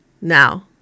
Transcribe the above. Now